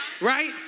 right